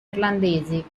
irlandesi